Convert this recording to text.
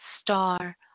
Star